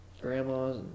grandmas